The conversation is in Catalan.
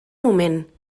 moment